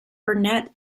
burnett